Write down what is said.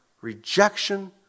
rejection